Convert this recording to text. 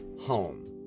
home